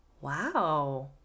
wow